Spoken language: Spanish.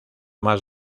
más